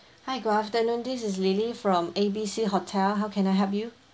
hi good afternoon this is lily from A B C hotel how can I help you